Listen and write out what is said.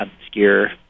obscure